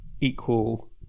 equal